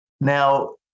Now